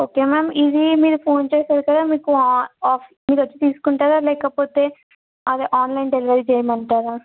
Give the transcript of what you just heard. okay ma'am ఇది మీరు phone చేసారు కదా మీకు ఆఫ్ మీరు వచ్చి తీసుకుంటారా లేకపోతే అదే ఆన్లైన్ డెలివరీ చేయమంటారా